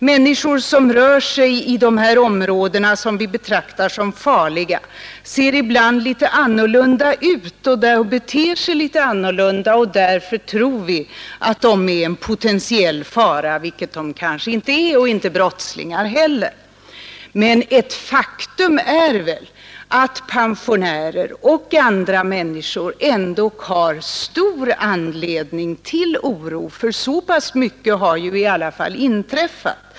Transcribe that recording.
Människor som rör sig i de områden vi betraktar som farliga ser ibland litet annorlunda ut och beter sig litet annorlunda, och därför tror vi att de är en potentiell fara, vilket de kanske inte är, och de är kanske inte heller brottslingar. Men ett faktum är väl att pensionärer och andra människor ändock har stor anledning till oro — för så pass mycket har ändå inträffat.